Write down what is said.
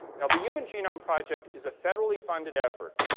now the human genome project is a federally funded effort